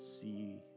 see